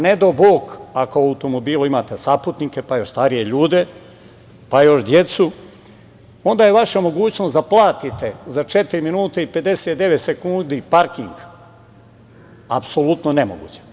Ne dao bog ako u automobilu imate saputnike, pa još starije ljude, pa još decu, onda je vaša mogućnost da platite za četiri minuta i 59 sekundi parking apsolutno nemoguća.